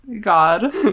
God